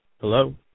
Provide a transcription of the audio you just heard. Hello